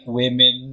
women